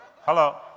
Hello